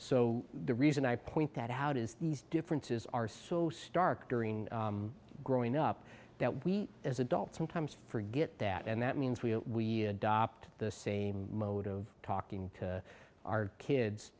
so the reason i point that out is these differences are so stark during growing up that we as adults sometimes forget that and that means we adopt the same mode of talking to our kids